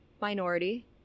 minority